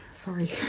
Sorry